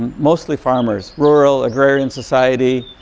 um mostly farmers, rural agrarian society.